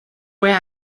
were